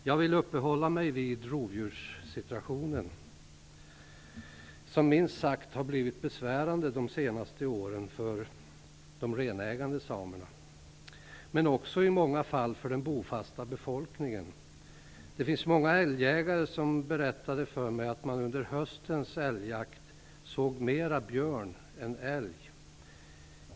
Jag vill uppehålla mig vid rovdjurssituationen, som de senaste åren har blivit minst sagt besvärande för de renägande samerna men också i många fall för den bofasta befolkningen. Det finns många älgjägare som berättat för mig att de under höstens älgjakt såg mer björn än älg.